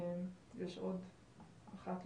יש עוד אחת,